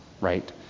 right